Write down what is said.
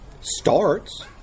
Starts